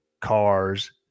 cars